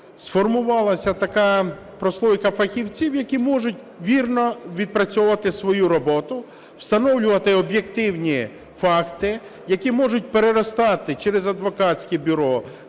сформувалася така прослойка фахівців, які можуть вірно відпрацьовувати свою роботу, встановлювати об'єктивні факти, які можуть переростати через адвокатське бюро,